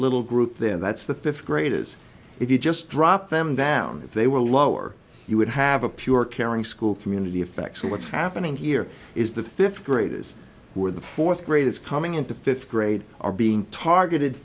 little group then that's the fifth grade is if you just drop them down if they were lower you would have a pure caring school community effect so what's happening here is the fifth graders who are the fourth graders coming into fifth grade are being targeted